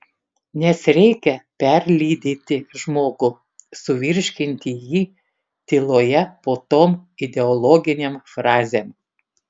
nes reikia perlydyti žmogų suvirškinti jį tyloje po tom ideologinėm frazėm